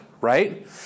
right